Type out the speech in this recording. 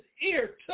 ear